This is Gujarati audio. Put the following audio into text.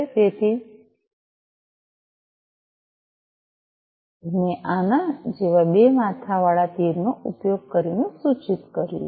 તેથી તેથી જ મેં આના જેવા બે માથાવાળા તીરનો ઉપયોગ કરીને સૂચિત કર્યું છે